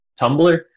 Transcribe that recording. Tumblr